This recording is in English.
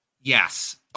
Yes